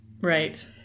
Right